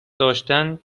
داشتن